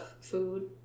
food